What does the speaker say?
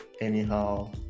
anyhow